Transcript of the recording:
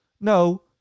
no